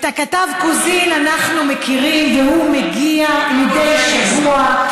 את הכתב קוזין אנחנו מכירים והוא מגיע מדי שבוע,